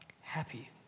happy